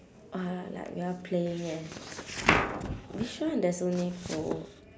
!wah! like we're playing eh which one there's only two